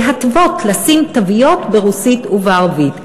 להתוות, לשים תוויות ברוסית ובערבית,